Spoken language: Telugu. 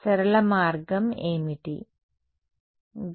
విద్యార్థి గ్రీన్ ఫంక్షన్